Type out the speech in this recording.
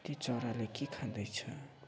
ती चराले के खाँदैछ